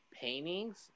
paintings